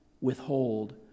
withhold